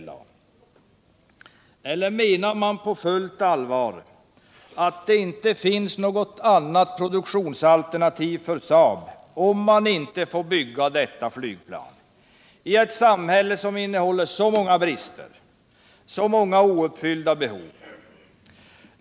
Eller menar man på fullt allvar att det inte finns något produktionsalternativ för Saab om man inte får bygga detta flygplan, i ett samhälle som innehåller så många brister och så många ouppfyllda behov?